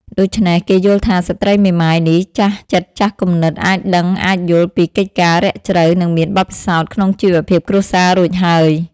ដូច្នេះ គេយល់ថាស្ត្រីមេម៉ាយនេះចាស់ចិត្តចាស់គំនិតអាចដឹងអាចយល់ពីកិច្ចការណ៍រាក់ជ្រៅ និងមានបទពិសោធន៍ក្នុងជីវភាពគ្រួសាររួចហើយ ។